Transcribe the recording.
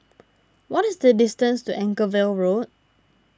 what is the distance to Anchorvale Road